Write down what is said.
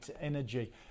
Energy